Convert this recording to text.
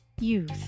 youth